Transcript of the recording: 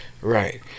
right